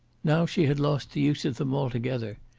now she had lost the use of them altogether.